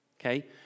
Okay